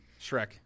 Shrek